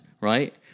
right